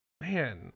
man